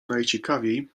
najciekawiej